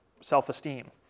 self-esteem